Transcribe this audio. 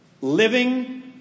living